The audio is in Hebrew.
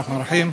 אדוני.